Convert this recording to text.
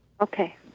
Okay